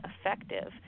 effective